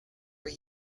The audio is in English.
were